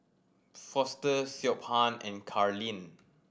Foster Siobhan and Karlene